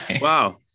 wow